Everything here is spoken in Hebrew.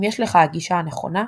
אם יש לך הגישה הנכונה,